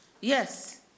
yes